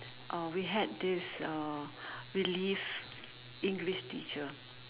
uh we had this uh relief English teacher